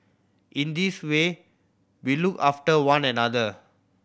in this way we look after one another